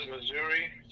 Missouri